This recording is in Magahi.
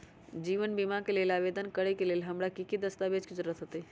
जीवन बीमा के लेल आवेदन करे लेल हमरा की की दस्तावेज के जरूरत होतई?